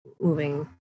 moving